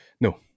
no